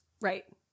Right